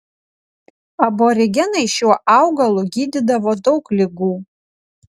aborigenai šiuo augalu gydydavo daug ligų